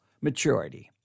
maturity